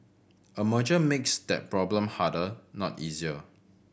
a merger makes that problem harder not easier